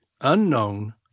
unknown